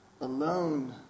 alone